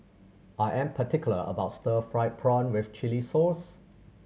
I am particular about stir fried prawn with chili sauce